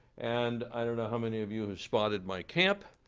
and i don't know how many of you have spotted my camp,